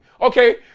Okay